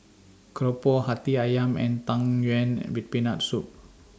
Keropok Hati Ayam and Tang Yuen with Peanut Soup